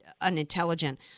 unintelligent